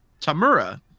tamura